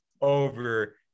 over